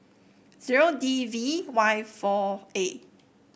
zero D V Y four A